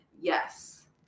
Yes